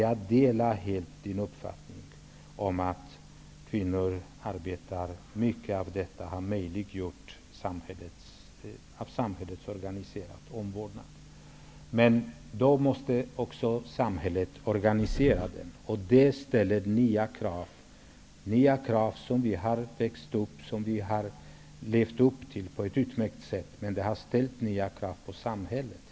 Jag delar helt Maj-Inger Klingvalls uppfattning att kvinnors arbete till stor del har möjliggjort av samhället organiserad omvårdnad. Men då måste också samhället organisera denna omvårdnad, och det ställer nya krav. Dessa nya krav har vi levt upp till på ett utmärkt sätt, men det har dock ställts nya krav på samhället.